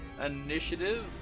initiative